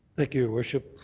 thank you, your worship.